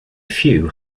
few